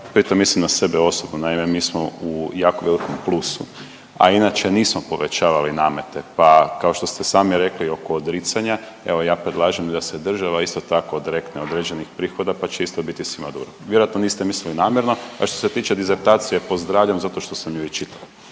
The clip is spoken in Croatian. pritom mislim na sebe osobno. Naime, mi smo u jako velikom plusu, a inače nismo povećavali namete. Pa kao što ste sami rekli oko odricanja, evo ja predlažem da se država isto tako odrekne određenih prihoda, pa će isto biti svima dobro. Vjerojatno mislili namjerno, a što se tiče disertacije pozdravljam zato što sam je i čitao.